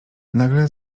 nagle